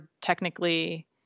technically